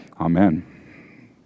Amen